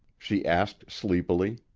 she asked sleepily.